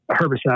herbicide